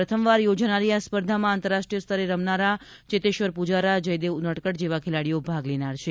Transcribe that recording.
પ્રથમવાર યોજાનારી આ સ્પર્ધામાં આંતરરાષ્ટ્રીય સ્તરે રમનારા ચેતેશ્વર પૂજારા જયદેવ ઉનડકટ જેવા ખેલાડીઓ ભાગ લેનાર છે